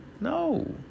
no